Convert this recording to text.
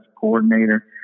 coordinator